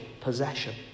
possession